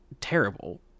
terrible